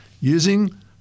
using